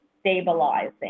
stabilizing